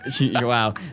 Wow